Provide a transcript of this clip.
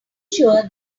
sure